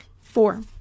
four